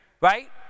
right